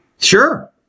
Sure